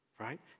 right